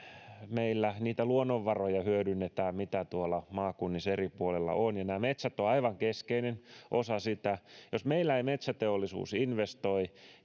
meillä hyödynnetään niitä luonnonvaroja mitä tuolla maakunnissa eri puolilla on ja nämä metsät ovat aivan keskeinen osa sitä jos meillä ei metsäteollisuus investoi